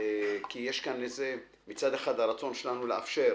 כי מצד אחד, הרצון שלנו לאפשר